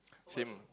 same